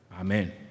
Amen